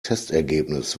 testergebnis